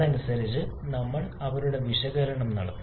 അതനുസരിച്ച് നമ്മൾ അവരുടെ വിശകലനം നടത്തി